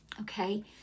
okay